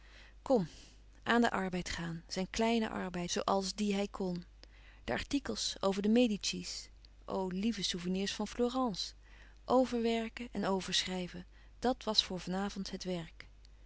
kom aan den arbeid gaan zijn kleine arbeid zoo als die hij kon de artikels over de medici's o lieve souvenirs van florence overwerken en overschrijven dat was voor van avond het werk